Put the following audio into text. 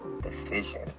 decision